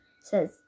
says